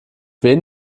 wen